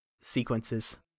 sequences